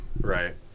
Right